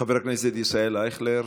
חבר הכנסת ישראל אייכלר,